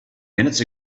minutes